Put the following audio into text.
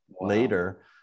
later